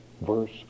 verse